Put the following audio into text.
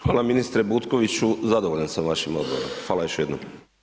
Hvala ministre Butkoviću, zadovoljan sam vašim odgovorom, hvala još jednom.